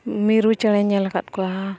ᱢᱤᱨᱩ ᱪᱮᱬᱮᱧ ᱧᱮᱞ ᱟᱠᱟᱫ ᱠᱚᱣᱟ